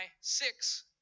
six